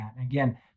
Again